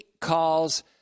calls